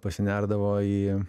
pasinerdavo į